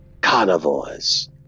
carnivores